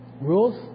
Rules